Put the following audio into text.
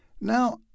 now